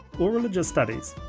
or religious studies,